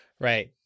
right